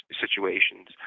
situations